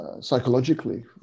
psychologically